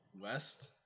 west